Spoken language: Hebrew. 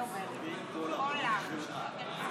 להלן תוצאות